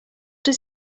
does